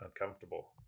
uncomfortable